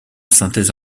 synthèse